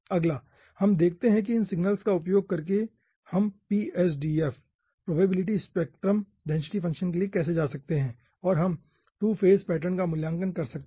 अगला हम देखते हैं कि इन सिग्नल्स का उपयोग करके हम PSDF probability spectrum density function के लिए कैसे जा सकते हैं और हम टू फेज पैटर्न का मूल्यांकन कर सकते हैं